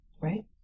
right